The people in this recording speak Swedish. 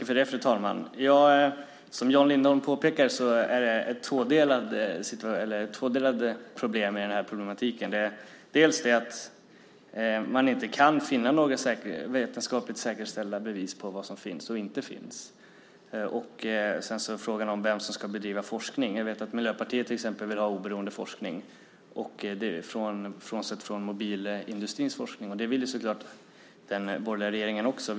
Fru talman! Som Jan Lindholm påpekar är problemet tvådelat. Dels kan man inte finna några vetenskapligt säkerställda bevis på vad som finns och inte finns. Dels är frågan vem som ska bedriva forskning. Jag vet att till exempel Miljöpartiet vill ha oberoende forskning frånsett mobilindustrins forskning. Det vill så klart den borgerliga regeringen också.